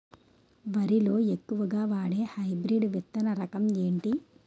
వరి లో ఎక్కువుగా వాడే హైబ్రిడ్ విత్తన రకం ఏంటి?